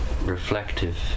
reflective